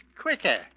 quicker